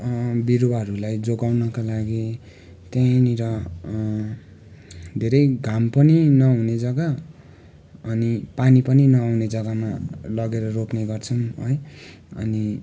बिरुवाहरूलाई जोगाउनका लागि त्यहीँनिर धेरै घाम पनि नहुने जग्गा अनि पानी पनि नहुने जग्गामा लगेर रोप्ने गर्छौँ है अनि